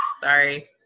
sorry